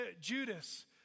Judas